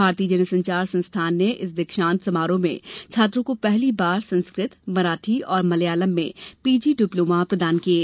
भारतीय जनसंचार संस्थान ने इस दीक्षांत समारोह में छात्रों को पहली बार संस्कृत मराठी और मलयालम में पी जी डिप्लोमा प्रदान किये